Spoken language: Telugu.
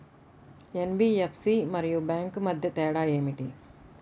ఎన్.బీ.ఎఫ్.సి మరియు బ్యాంక్ మధ్య తేడా ఏమిటీ?